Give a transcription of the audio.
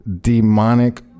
demonic